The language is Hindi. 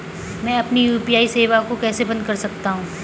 मैं अपनी यू.पी.आई सेवा को कैसे बंद कर सकता हूँ?